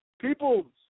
People